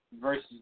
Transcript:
versus